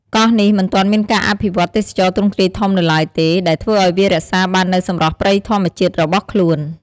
កោះនេះមិនទាន់មានការអភិវឌ្ឍន៍ទេសចរណ៍ទ្រង់ទ្រាយធំនៅឡើយទេ ដែលធ្វើឱ្យវារក្សាបាននូវសម្រស់ព្រៃធម្មជាតិរបស់ខ្លួន។